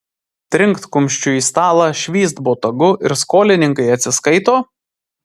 trinkt kumščiu į stalą švyst botagu ir skolininkai atsiskaito